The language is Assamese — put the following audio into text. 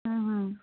ও ও